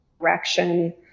direction